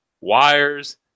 wires